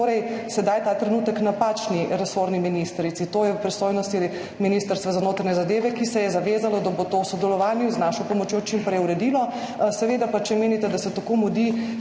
govorite sedaj, ta trenutek napačni resorni ministrici. To je v pristojnosti Ministrstva za notranje zadeve, ki se je zavezalo, da bo to v sodelovanju z našo pomočjo čim prej uredilo. Seveda če menite, da se tako mudi,